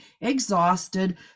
exhausted